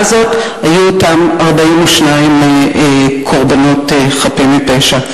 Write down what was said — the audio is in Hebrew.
הזאת היו אותם 42 קורבנות חפים מפשע.